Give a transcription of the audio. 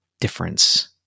difference